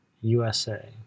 USA